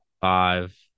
five